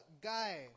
guy